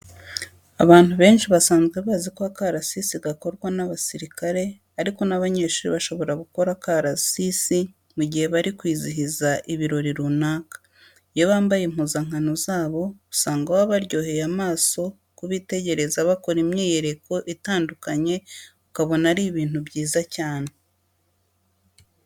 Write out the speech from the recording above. Abantu benshi basanzwe bazi ko akarasisi gakorwa n'abasirikare ariko n'abanyeshuri bashobora gukora akarasisi mu gihe bari kwizihiza ibirori runaka. Iyo bambaye impuzankano zabo usanga baba baryoheye amaso kubitegereza bakora imyiyereko itandukanye ukabona ari ibintu byiza cyane.